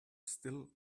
still